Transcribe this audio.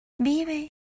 vive